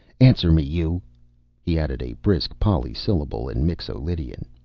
answer me, you he added a brisk polysyllable in mixo-lydian,